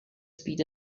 speed